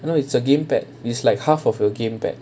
no is a game pack is like half of your game pack